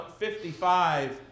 55